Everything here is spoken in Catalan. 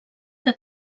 que